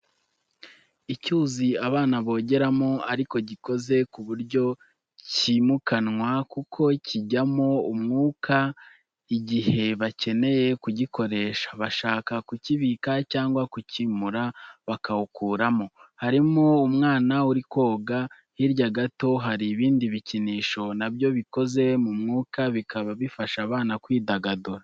Icyuzi abana bogeramo ariko gikoze ku buryo cyimukanwa kuko kiijyamo umwuka igihe bakeneye kugikoresha bashaka kukibika cyangwa kukimura bakawukuramo harimo umwana uri koga. Hirya gato hari ibindi bikinisho na byo bikoze mu mwuka bikaba bifasha abana kwidagadura.